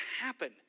happen